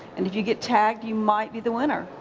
and if you get tagged, you might be the winner.